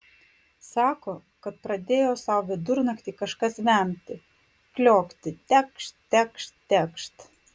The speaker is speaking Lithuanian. sako kad pradėjo sau vidurnaktį kažkas vemti kliokti tekšt tekšt tekšt